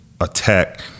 attack